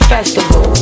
Festival